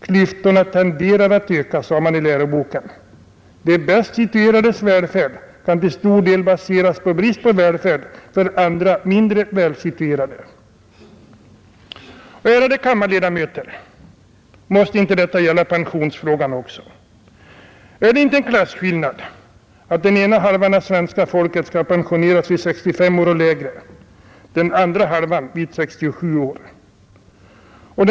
Klyftorna tenderar att öka, stod det, och de bäst situerades välfärd kan till stor del baseras på brist på välfärd för andra mindre välsituerade, heter det vidare. Ärade kammarledamöter! Måste inte detta gälla också pensionsfrågan? Är det inte en klasskillnad att den ena hälften av svenska folket skall pensioneras vid 65 år eller lägre ålder, medan den andra hälften pensioneras vid 67 års ålder?